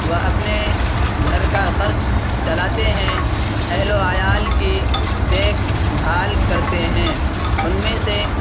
وہ اپنے گھر کا خرچ چلاتے ہیں اہل و عیال کی دیکھ بھال کرتے ہیں ان میں سے